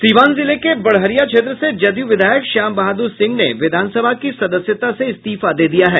सीवान जिले के बड़हरिया क्षेत्र से जदयू विधायक श्याम बहादूर सिंह ने विधानसभा की सदस्यता से इस्तीफा दे दिया है